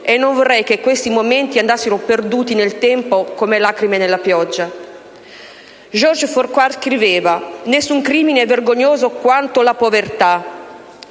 e non vorrei che questi momenti andassero perduti nel tempo come lacrime nella pioggia. George Farquhar scriveva: «Nessun crimine è vergognoso quanto la povertà».